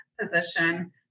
position